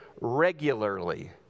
regularly